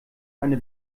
eine